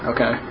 Okay